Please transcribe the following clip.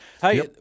Hey